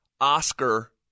Oscar